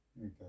Okay